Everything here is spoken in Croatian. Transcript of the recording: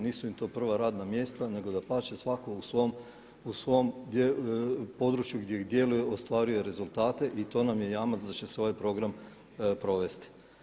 Nisu im to prva radna mjesta, nego dapače svako u svom području gdje djeluju ostvaruje rezultate i to nam je jamac da će se ovaj program provesti.